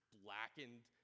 blackened